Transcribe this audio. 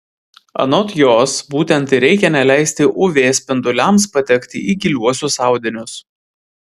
anot jos būtent ir reikia neleisti uv spinduliams patekti į giliuosius audinius